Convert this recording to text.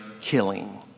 killing